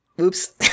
Oops